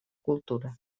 cultura